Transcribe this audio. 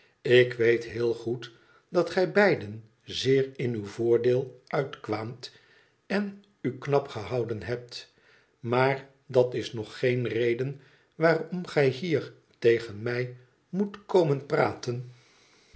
ik weet heel goed dat gij beiden zeer in nw voordeel uitkwaamt en u knap gehouden hebt maar dat is nog geen reden waarom gij hier tegen mij moet komen praten